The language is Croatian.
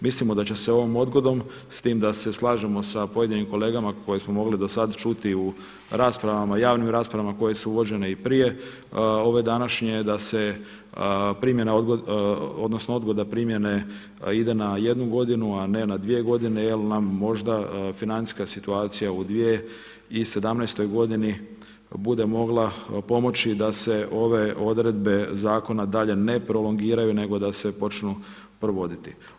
Mislimo da će se ovom odgodom, s tim da se slažemo sa pojedinim kolegama koje smo mogli do sad čuti u raspravama, javnim raspravama koje su vođene i prije, ove današnje da odgoda primjene ide na jednu godinu, a ne na dvije godine jer nam možda financijska situacija u 2017. godini bude mogla pomoći da se ove odredbe zakona dalje ne prolongiraju nego da se počnu provoditi.